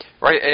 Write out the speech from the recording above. right